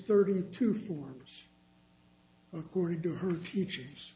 thirty two forms according to her teach